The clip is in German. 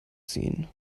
ziehen